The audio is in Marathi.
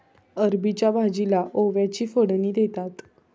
अरबीच्या भाजीला ओव्याची फोडणी देतात